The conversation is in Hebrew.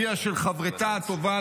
אביה של חברתה הטובה,